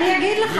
אני אגיד לך.